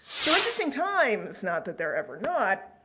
so, interesting times, not that they're ever not.